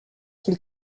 qu’il